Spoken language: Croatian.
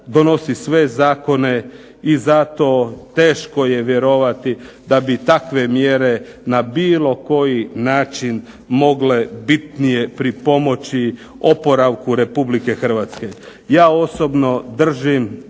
donosi sve zakone i zato teško je vjerovati da bi takve mjere na bilo koji način mogle bitnije pripomoći oporavku Republike Hrvatske. Ja osobno držim